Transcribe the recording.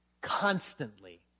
constantly